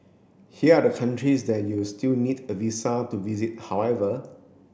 here are the countries that you will still need a visa to visit however